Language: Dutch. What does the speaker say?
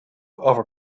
over